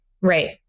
right